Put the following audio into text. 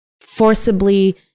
Forcibly